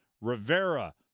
Rivera